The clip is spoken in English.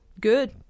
good